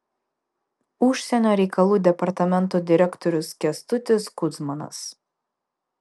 užsienio reikalų departamento direktorius kęstutis kudzmanas